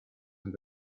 and